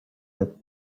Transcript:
that